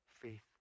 faith